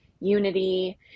unity